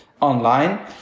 online